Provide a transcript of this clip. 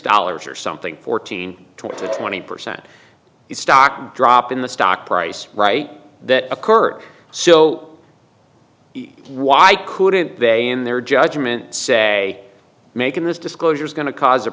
dollars or something fourteen to twenty percent stock drop in the stock price right that occurred so why couldn't they in their judgment say making this disclosure is going to cause a